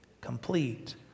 complete